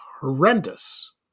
horrendous